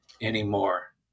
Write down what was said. anymore